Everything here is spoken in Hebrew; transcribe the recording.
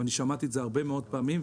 שמעתי את זה הרבה מאוד פעמים,